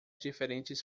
diferentes